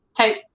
type